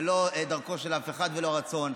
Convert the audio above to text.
זה לא דרכו של אף אחד ולא רצון.